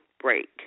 break